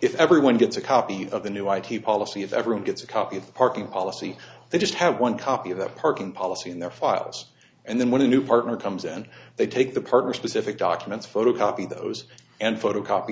if everyone gets a copy of the new ip policy if everyone gets a copy of parking policy they just have one copy of the parking policy in their files and then when a new partner comes in and they take the partner specific documents photocopy those and photocopy the